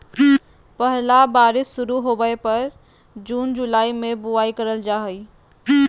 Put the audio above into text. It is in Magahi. पहला बारिश शुरू होबय पर जून जुलाई में बुआई करल जाय हइ